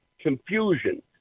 confusion